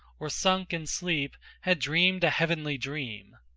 or, sunk in sleep, had dreamed a heavenly dream.